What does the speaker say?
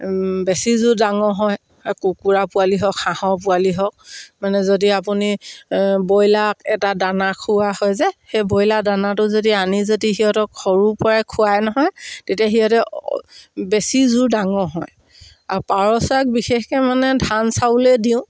বেছি যোৰ ডাঙৰ হয় কুকুৰা পোৱালি হওক হাঁহৰ পোৱালি হওক মানে যদি আপুনি ব্ৰইলাৰক এটা দানা খোওৱা হয় যে সেই ব্ৰইলাৰ দানাটো যদি আনি যদি সিহঁতক সৰুৰ পৰাই খোৱাই নহয় তেতিয়া সিহঁতে বেছি যোৰ ডাঙৰ হয় আৰু পাৰ চৰাইক বিশেষকৈ মানে ধান চাউলে দিওঁ